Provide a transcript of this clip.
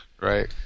Right